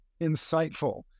insightful